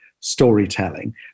storytelling